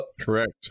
Correct